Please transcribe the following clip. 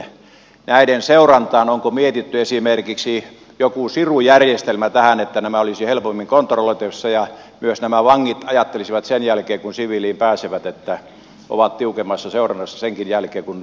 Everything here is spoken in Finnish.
onko näiden seurantaan mietitty esimerkiksi joku sirujärjestelmä tähän niin että nämä olisivat helpommin kontrolloitavissa ja myös nämä vangit ajattelisivat sen jälkeen kun siviiliin pääsevät että ovat tiukemmassa seurannassa senkin jälkeen kun rikos on sovitettu